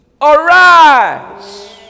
arise